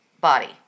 body